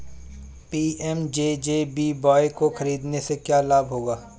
PMJJBY को खरीदने से क्या लाभ होगा?